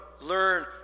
learn